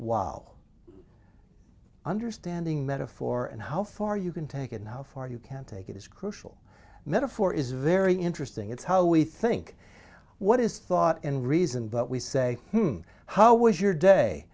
while understanding metaphor and how far you can take it and how far you can take it is crucial metaphor is very interesting it's how we think what is thought and reason but we say how was your day